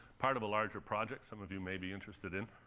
part of a larger project some of you may be interested in.